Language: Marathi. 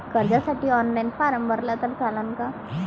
कर्जसाठी ऑनलाईन फारम भरला तर चालन का?